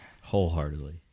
Wholeheartedly